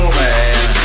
man